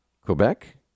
Quebec